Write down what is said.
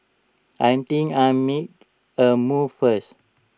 I think I'll make A move first